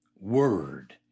word